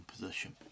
position